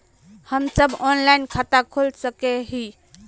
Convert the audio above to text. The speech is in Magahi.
हम सब ऑनलाइन खाता खोल सके है?